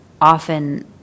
often